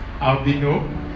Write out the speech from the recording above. albino